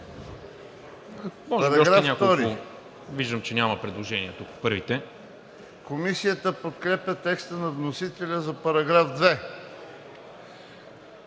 Комисията подкрепя текста на вносителя за § 2.